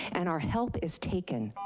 and our help is taken.